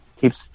Keeps